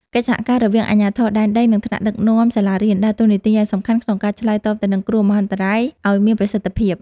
កិច្ចសហការរវាងអាជ្ញាធរដែនដី និងថ្នាក់ដឹកនាំសាលារៀន ដើរតួនាទីយ៉ាងសំខាន់ក្នុងការឆ្លើយតបទៅនឹងគ្រោះមហន្តរាយឱ្យមានប្រសិទ្ធភាព។